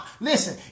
Listen